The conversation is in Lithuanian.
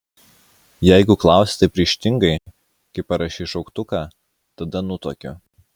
jeigu klausi taip ryžtingai kaip parašei šauktuką tada nutuokiu